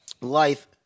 life